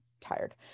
tired